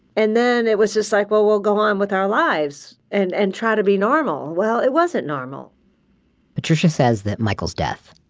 and then it was just, like well, we'll go on with our lives and and try to be normal. well, it wasn't normal patricia says that michael's death,